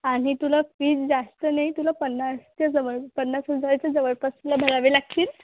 आणि तुला फीज जास्त नाही तुला पन्नासच्या जवळ पन्नास हजाराच्या जवळपास तुला भरावे लागतील